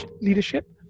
Leadership